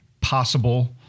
possible